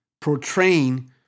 portraying